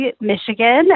Michigan